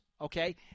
Okay